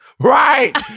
Right